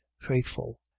faithful